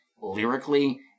lyrically